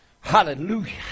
Hallelujah